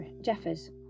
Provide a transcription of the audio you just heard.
jeffers